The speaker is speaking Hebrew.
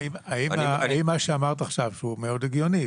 האם מה אמרת עכשיו שהוא מאוד הגיוני,